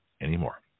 anymore